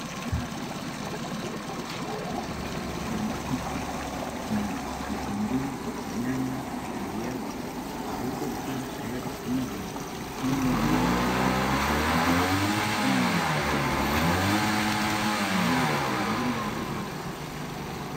Haya ni mazingira ya biashara. Kibanda hiki kina vitunguu, nyanya na viazi zote zikiwa tayari kuuzwa ili mwenyewe apate pesa za kukimu mahitaji yake na kununua vitu vingine ambavyo angetaka.